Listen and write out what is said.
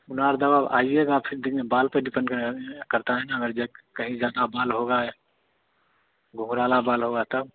उनारदव आइएगा फ़िर दिन में बाल पर डिपेंड करेगा करता है ना अगर जेक कहीं ज़्यादा बाल होगा घुंघराला बाल होगा तब